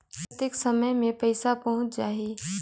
कतेक समय मे पइसा पहुंच जाही?